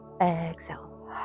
exhale